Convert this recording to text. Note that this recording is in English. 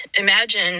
imagine